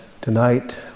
tonight